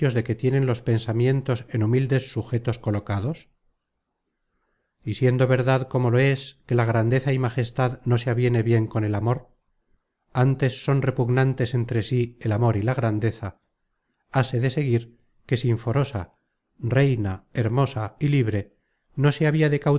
que tienen los pensamientos en humildes sujetos colocados y siendo verdad como lo es que la grandeza y majestad no se aviene bien con el amor ántes son repugnantes entre sí el amor y la grandeza hase de seguir que sinforosa reina hermosa y libre no se habia